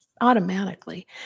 automatically